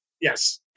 Yes